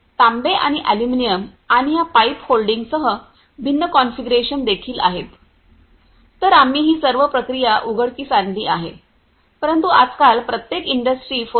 तांबे आणि अॅल्युमिनियम आणि या पाईप होल्डिंगसह भिन्न कॉन्फिगरेशन देखील आहेत तर आम्ही ही सर्व प्रक्रिया उघडकीस आणली आहे परंतु आजकाल प्रत्येक इंडस्ट्री 4